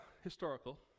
historical